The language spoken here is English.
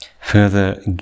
further